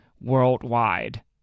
worldwide